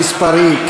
המספרי.